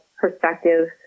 perspective